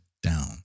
Down